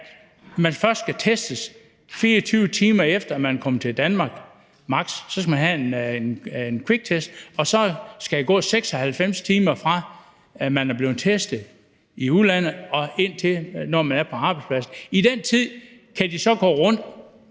at man først skal testes, maks. 24 timer efter at man er kommet til Danmark; så skal man have en kviktest, og så skal der gå 96 timer, fra man er blevet testet i udlandet, og indtil man er på arbejdspladsen. I den tid kan de gå og bringe